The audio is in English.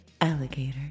alligator